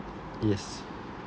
yes